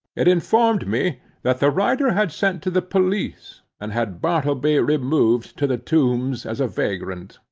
it informed me that the writer had sent to the police, and had bartleby removed to the tombs as a vagrant.